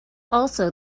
also